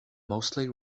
mostly